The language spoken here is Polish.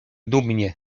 dumnie